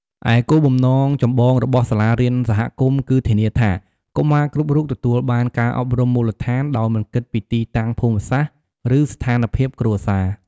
ឯគោលបំណងចម្បងរបស់សាលារៀនសហគមន៍គឺធានាថា កុមារគ្រប់រូបទទួលបានការអប់រំមូលដ្ឋាន ដោយមិនគិតពីទីតាំងភូមិសាស្ត្រ ឬស្ថានភាពគ្រួសារ។